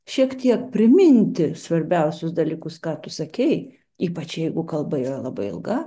šiek tiek priminti svarbiausius dalykus ką tu sakei ypač jeigu kalba yra labai ilga